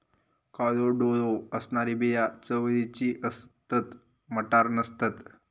काळो डोळो असणारी बिया चवळीची असतत, मटार नसतत